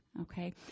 Okay